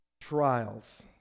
trials